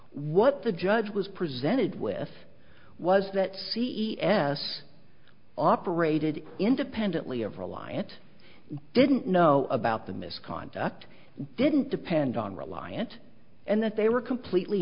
what the judge was presented with was that c e o s operated independently of reliant didn't know about the misconduct didn't depend on reliant and that they were completely